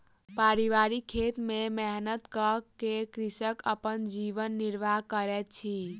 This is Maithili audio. पारिवारिक खेत में मेहनत कअ के कृषक अपन जीवन निर्वाह करैत अछि